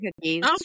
cookies